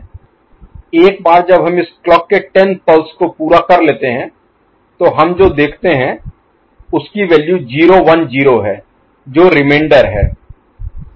एक बार जब हम इस क्लॉक के 10 पल्स को पूरा कर लेते हैं तो हम जो देखते हैं उसकी वैल्यू 0 1 0 है जो रिमेंडर है